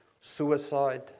suicide